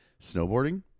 snowboarding